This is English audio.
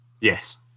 Yes